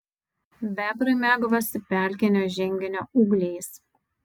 bebrai mėgavosi pelkinio žinginio ūgliais